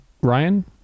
Ryan